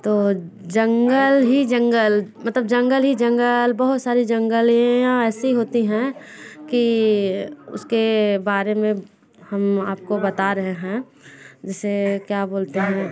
तो जंगल ही जंगल मतलब जंगल ही जंगल बहुत सारे जंगल यहाँ ऐसे होते हैं कि उसके बारे में हम आपको बता रहे हैं जैसे क्या बोलते हैं